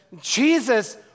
Jesus